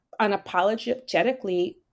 unapologetically